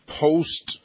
post